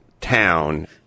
town